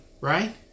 right